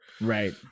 Right